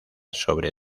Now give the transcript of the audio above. sobre